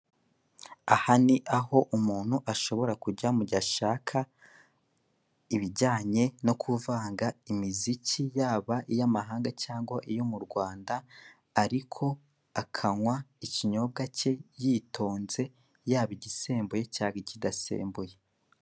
Aha ni aho umuntu ashobora kujya mu gihe ashaka ibijyanye no kuvanga imiziki yaba iy'amahanga cyangwa iyo mu Rwanda, ariko akanywa ikinyobwa cye yitonze yaba igisembuye cyangwa icyidasembuye.